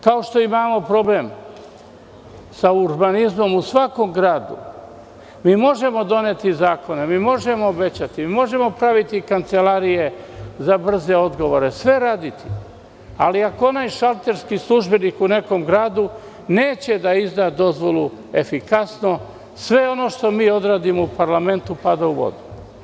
Kao što imamo problem sa urbanizmom u svakom gradu, mi možemo doneti zakone, mi možemo obećati, mi možemo praviti kancelarije za brze odgovore, sve raditi, ali ako onaj šalterski službenik u nekom gradu neće da izda dozvolu efikasno, sve ono što mi odradimo u parlamentu pada u vodu.